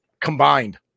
Combined